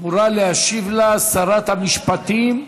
אמורה להשיב לה שרת המשפטים,